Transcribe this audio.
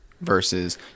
versus